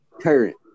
current